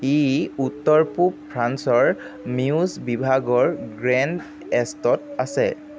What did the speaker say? ই উত্তৰ পূব ফ্ৰান্সৰ মিউজ বিভাগৰ গ্ৰেণ্ড এষ্টত আছে